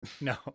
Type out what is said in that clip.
No